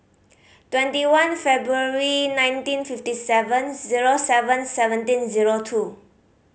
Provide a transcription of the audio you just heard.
twenty one February nineteen fifty seven zero seven seventeen zero two